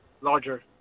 larger